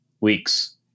weeks